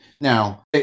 Now